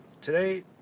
Today